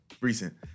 recent